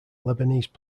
lebanese